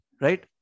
right